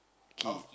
key